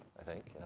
i think, you know?